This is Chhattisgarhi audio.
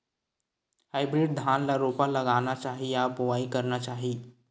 हाइब्रिड धान ल रोपा लगाना चाही या बोआई करना चाही?